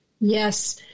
Yes